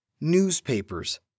Newspapers